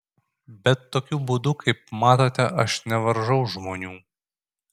bet tokiu būdu kaip matote aš nevaržau žmonių